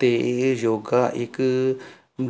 ਅਤੇ ਇਹ ਯੋਗਾ ਇੱਕ